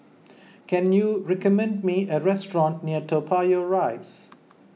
can you recommend me a restaurant near Toa Payoh Rise